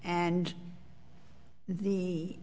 and the